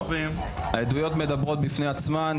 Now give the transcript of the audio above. העדויות מדברות בעד עצמן.